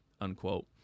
unquote